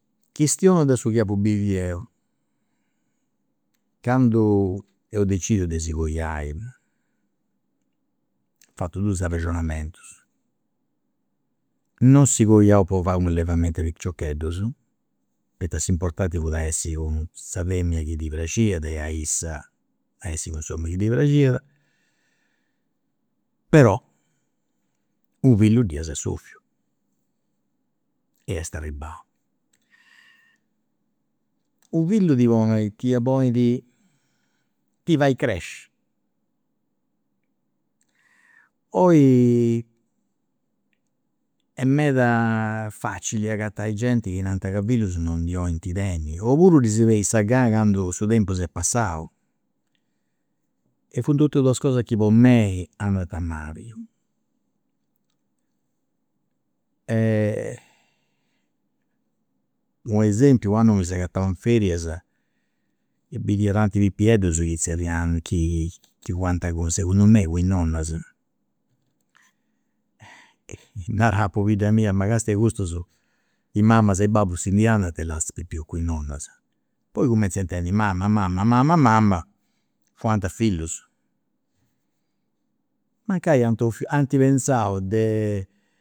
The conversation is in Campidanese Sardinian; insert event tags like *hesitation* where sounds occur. Chistionu de su chi apu biviu deu, candu eus decidiu de si coiai *hesitation* eus fatu dus arrexionamentus, non si coiaus po fai u'allevamentu de piciocheddus, poita s'importanti fuat a essi *hesitation* cun sa femina chi ddi praxiat e a issa a essi cun s'omini chi ddi praxiat però *hesitation* u' fillu dd'eus ai 'ofiu. E est arribau. U' fillu ti ponit *hesitation* ti fai cresci, oi est meda facili agatai genti chi narant chi fillus non ndi 'olint tenni, oppuru ddis beni sa gana candu su tempus est passau. E funt tot'e duas cosas chi po mei andant mali. *hesitation* u'esempiu, u' annu mi seu agatau in ferias e bidia tanti pipieddus chi zerriant *hesitation* chi fuant segundu mei cu is nonnas, narà a pobidda mia ma castia custus, i mamas i' babbus si ndi andant e lassant is pipius cun i' nonnas. Poi cuminzu a intendi mama mama mama mama, fuant is fillus, mancai ant 'ofiu *hesitation* ant pentzau de